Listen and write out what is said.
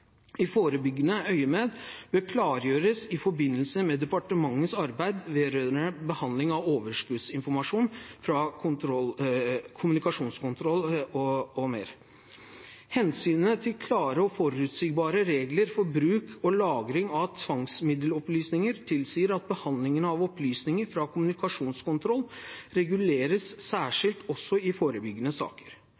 i forebyggende øyemed bør klargjøres i forbindelse med departementets arbeid vedrørende behandling av overskuddsinformasjon fra kommunikasjonskontroll og mer. Hensynet til klare og forutsigbare regler for bruk og lagring av tvangsmiddelopplysninger tilsier at behandlingen av opplysninger fra kommunikasjonskontroll reguleres